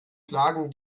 klagen